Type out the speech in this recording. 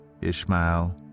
Ishmael